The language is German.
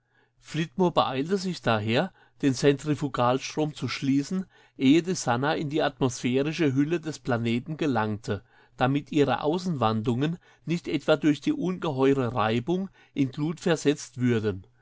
beeilte sich daher den zentrifugalstrom zu schließen ehe die sannah in die atmosphärische hülle des planeten gelangte damit ihre außenwandungen nicht etwa durch die ungeheure reibung in glut versetzt würden